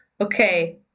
okay